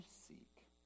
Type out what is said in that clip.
seek